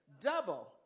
double